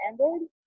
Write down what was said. ended